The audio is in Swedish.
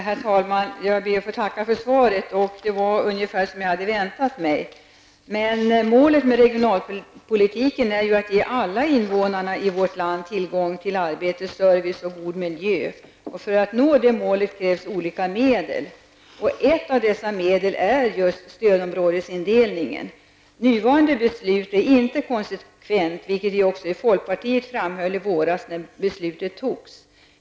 Herr talman! Jag ber att få tacka för svaret. Det var ungefär så som jag hade väntat mig. Målet med regionalpolitiken är dock att ge alla invånare i vårt land tillgång till arbete, service och god miljö. För att nå detta mål krävs olika medel, och ett av dessa medel är stödområdesindelningen. Nu gällande beslut är inte konsekvent, vilket vi också i folkpartiet framhöll i våras när beslutet togs.